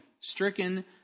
stricken